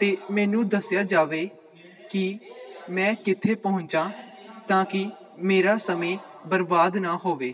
ਤਾਂ ਮੈਨੂੰ ਦੱਸਿਆ ਜਾਵੇ ਕਿ ਮੈਂ ਕਿੱਥੇ ਪਹੁੰਚਾ ਤਾਂ ਕਿ ਮੇਰਾ ਸਮੇਂ ਬਰਬਾਦ ਨਾ ਹੋਵੇ